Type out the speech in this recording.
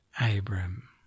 Abram